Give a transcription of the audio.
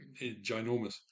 Ginormous